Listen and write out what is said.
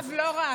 הרב, זה לא רק.